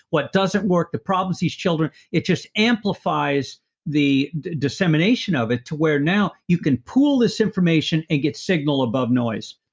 what doesn't work, the problems these children, it just amplifies the dissemination of it. to where now you can pull this information and get signal above noise,